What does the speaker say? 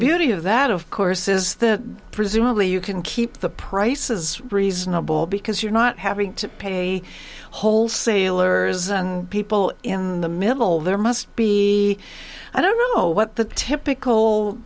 beauty of that of course is that presumably you can keep the price as reasonable because you're not having to pay wholesalers and people in the middle there must be i don't know what the typical